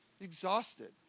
exhausted